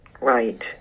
Right